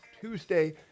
Tuesday